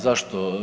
Zašto?